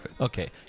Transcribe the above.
Okay